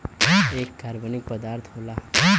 एक कार्बनिक पदार्थ होला